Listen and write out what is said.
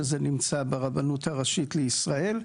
שזה נמצא ברבנות הראשית לישראל.